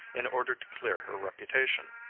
in order to clear her reputation.